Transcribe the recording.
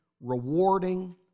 rewarding